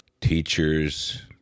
Teachers